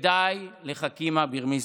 ודי לחכימא ברמיזא.